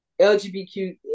LGBTQ